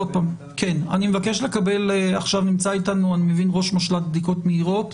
אני מבין שעכשיו נמצא איתנו ראש משל"ט בדיקות מהירות,